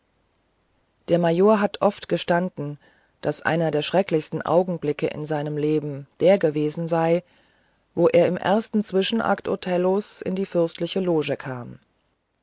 der major hat oft gestanden daß einer der schrecklichsten augenblicke in seinem leben der gewesen sei wo er im ersten zwischenakt othellos in die fürstliche loge kam